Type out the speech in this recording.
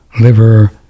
liver